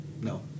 No